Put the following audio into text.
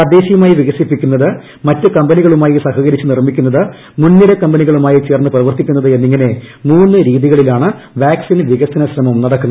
തദ്ദേശീയമായി വികസിപ്പിക്കുന്നത് മറ്റ് കമ്പനികളുമായി സഹകരിച്ച് നിർമ്മിക്കുന്നത് മുൻനിര കമ്പനികളുമായി ചേർന്ന് പ്രവർത്തിക്കുന്നത് എന്നിങ്ങനെ മൂന്ന് രീതികളിലാണ് വാക്സിൻ വികസനശ്രമം നടക്കുന്നത്